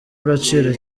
agaciro